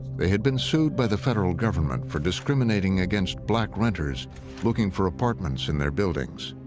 they had been sued by the federal government for discriminating against black renters looking for apartments in their buildings.